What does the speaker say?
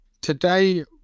Today